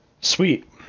sweet